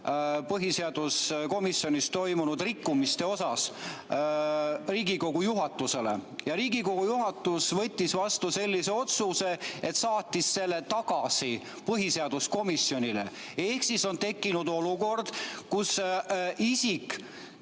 põhiseaduskomisjonis toimunud rikkumiste kohta Riigikogu juhatusele. Riigikogu juhatus võttis vastu sellise otsuse, et saatis selle tagasi põhiseaduskomisjonile. Ehk on tekkinud olukord, kus isik,